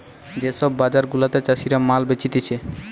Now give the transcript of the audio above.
যে সব বাজার গুলাতে চাষীরা মাল বেচতিছে